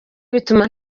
bituma